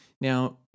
Now